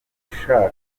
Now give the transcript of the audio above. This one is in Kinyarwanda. ushaka